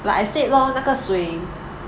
like I said lor 那个水